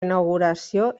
inauguració